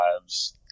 lives